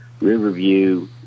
Riverview